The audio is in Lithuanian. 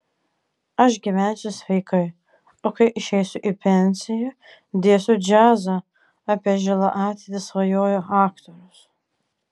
aš gyvensiu sveikai o kai išeisiu į pensiją dėsiu džiazą apie žilą ateitį svajojo aktorius